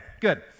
good